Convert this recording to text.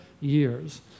years